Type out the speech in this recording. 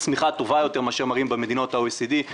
צמיחה טובה יותר מאשר מראים במדינות ה-OECD.